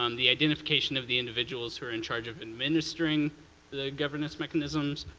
um the identification of the individuals who are in charge of administratorring the governance mechanisms.